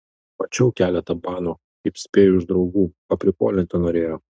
mačiau keletą banų kaip spėju iš draugų paprikolinti norėjo